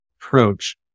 approach